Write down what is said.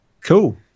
cool